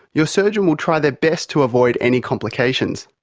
your surgeon will try their best to avoid any complications.